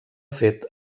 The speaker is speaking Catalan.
fet